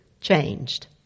changed